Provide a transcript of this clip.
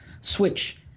switch –